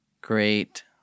Great